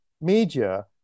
media